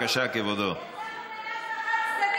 יצאנו מעזה, יצאנו מעזה חד-צדדית.